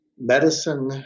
medicine